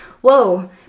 whoa